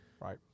Right